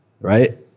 right